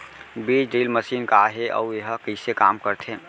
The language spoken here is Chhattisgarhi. बीज ड्रिल मशीन का हे अऊ एहा कइसे काम करथे?